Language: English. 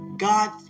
God